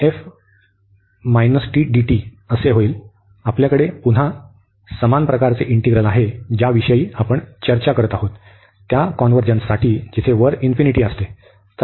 तर आपल्याकडे पुन्हा समान प्रकारचे इंटिग्रल आहे ज्याविषयी आपण चर्चा करीत आहोत त्या कॉन्व्हर्जन्ससाठी जिथे वर इन्फिनिटी दिसते